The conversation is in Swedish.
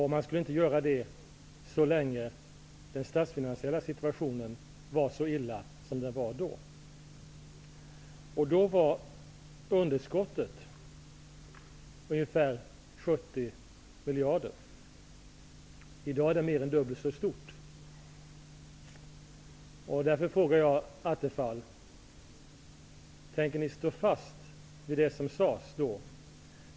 Man skulle inte göra det så länge som den statsfinansiella situationen var så dålig som den var då. Underskottet var ungefär 70 miljarder. I dag är det mer än dubbelt så stort. Därför frågar jag Stefan Attefall: Tänker ni stå fast vid det som sades då?